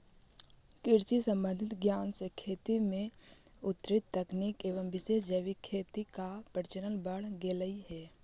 कृषि संबंधित ज्ञान से खेती में उन्नत तकनीक एवं विशेष जैविक खेती का प्रचलन बढ़ गेलई हे